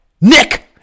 Nick